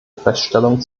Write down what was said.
feststellung